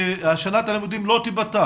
ששנת הלימודים לא תיפתח